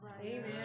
Amen